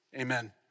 Amen